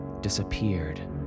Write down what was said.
disappeared